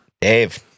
Dave